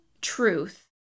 truth